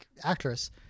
actress